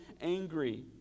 angry